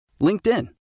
LinkedIn